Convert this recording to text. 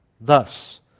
Thus